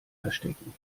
verstecken